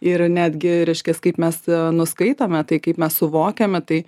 ir netgi reiškias kaip mes nuskaitome tai kaip mes suvokiame tai